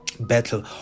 battle